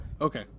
Okay